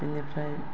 बिनिफ्राय